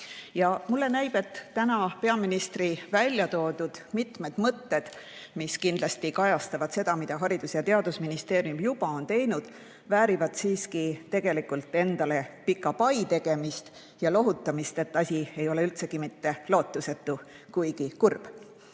Ja mulle näib, et täna peaministri välja toodud mitmed mõtted, mis kindlasti kajastavad seda, mida Haridus- ja Teadusministeerium juba on teinud, väärivad siiski tegelikult endale pika pai tegemist ja lohutamist, et asi ei ole üldsegi mitte lootusetu, kuigi on